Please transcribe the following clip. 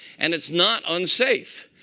and it's not unsafe.